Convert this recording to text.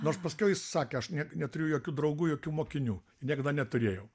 nors paskiau jis sakė aš ne neturiu jokių draugų jokių mokinių ir niekada neturėjau